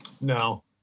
No